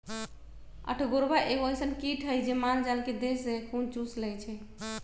अठगोरबा एगो अइसन किट हइ जे माल जाल के देह से खुन चुस लेइ छइ